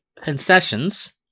concessions